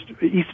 east